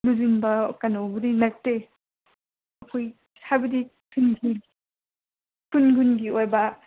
ꯂꯨꯁꯤꯟꯕ ꯀꯩꯅꯣꯕꯨꯗꯤ ꯅꯠꯇꯦ ꯑꯩꯈꯣꯏ ꯍꯥꯏꯕꯗꯤ ꯈꯨꯟꯁꯦ ꯈꯨꯟ ꯈꯨꯟꯒꯤ ꯑꯣꯏꯕ